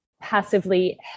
passively